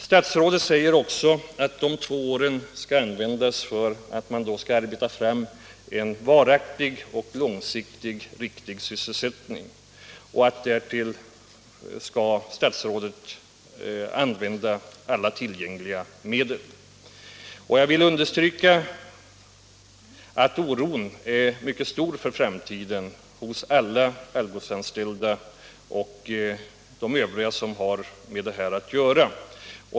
Statsrådet säger också att de två åren skall användas för att arbeta fram en varaktig och på lång sikt riktig sysselsättning och att statsrådet skall använda alla tillgängliga medel för att klara den uppgiften. Jag vill understryka att oron för framtiden är mycket stor hos alla Algotsanställda och hos de övriga som har med detta problem att göra.